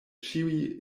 ĉiuj